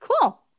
Cool